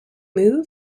move